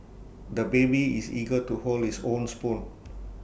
the baby is eager to hold his own spoon